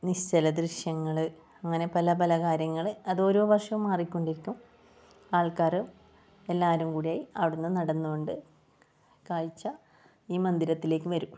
നിശ്ചല ദൃശ്യങ്ങൾ അങ്ങനെ പല പല കാര്യങ്ങൾ അത് ഓരോ വർഷവും മാറിക്കൊണ്ടിരിക്കും ആൾക്കാർ എല്ലാവരും കൂടി അവിടെ നിന്ന് നടന്നുകൊണ്ട് കാഴ്ച ഈ മന്ദിരത്തിലേക്ക് വരും